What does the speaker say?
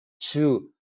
two